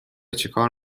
چیکار